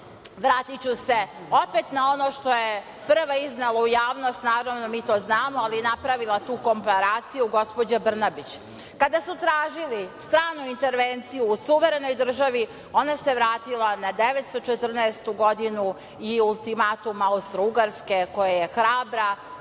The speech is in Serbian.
Vratiću se opet na ono što je prva iznela u javnost, naravno mi to znamo, ali napravila tu komparaciju, gospođa Brnabić. Kada su tražili stranu intervenciju u suverenoj državi, ona se vratila na 1914. godinu i ultimatuma Austrougarske koju je hrabra